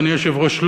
אדוני היושב-ראש,